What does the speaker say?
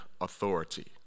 authority